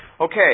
Okay